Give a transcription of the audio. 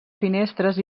finestres